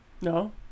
No